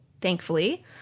thankfully